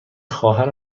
خواهر